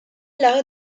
l’arrêt